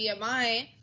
BMI